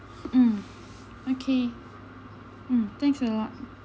mm okay mm thanks a lot